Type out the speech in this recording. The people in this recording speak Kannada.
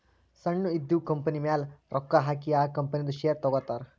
ಸಣ್ಣು ಇದ್ದಿವ್ ಕಂಪನಿಮ್ಯಾಲ ರೊಕ್ಕಾ ಹಾಕಿ ಆ ಕಂಪನಿದು ಶೇರ್ ತಗೋತಾರ್